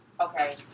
Okay